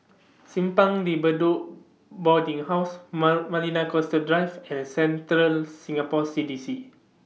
Simpang De Bedok Boarding House Ma Marina Coastal Drives and Central Singapore C D C